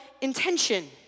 intention